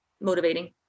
motivating